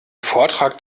vortrag